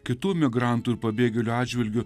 kitų migrantų ir pabėgėlių atžvilgiu